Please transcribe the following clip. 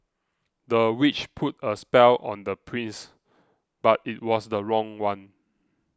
the witch put a spell on the prince but it was the wrong one